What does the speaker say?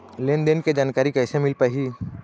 लेन देन के जानकारी कैसे मिल पाही?